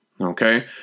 Okay